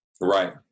Right